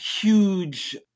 huge